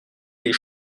les